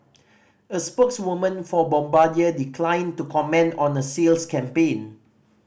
a spokeswoman for Bombardier declined to comment on a sales campaign